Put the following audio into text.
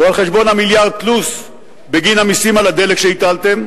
או על חשבון המיליארד פלוס בגין המסים על הדלק שהטלתם,